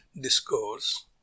discourse